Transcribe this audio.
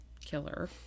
killer